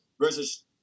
versus